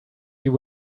you